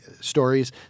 stories